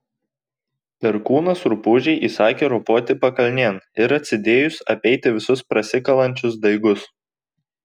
perkūnas rupūžei įsakė ropoti pakalnėn ir atsidėjus apeiti visus prasikalančius daigus